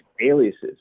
aliases